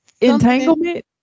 entanglement